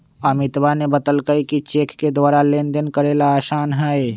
अमितवा ने बतल कई कि चेक के द्वारा लेनदेन करे ला आसान हई